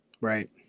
Right